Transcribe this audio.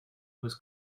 was